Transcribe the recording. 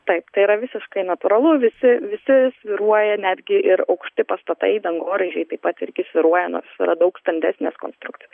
taip tai yra visiškai natūralu visi visi svyruoja netgi ir aukšti pastatai dangoraižiai taip pat irgi svyruoja nors yra daug standesnės konstrukcijos